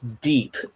deep